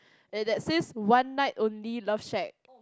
and that says one night only love shack